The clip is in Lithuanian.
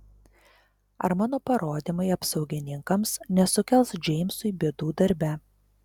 ar mano parodymai apsaugininkams nesukels džeimsui bėdų darbe